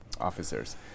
officers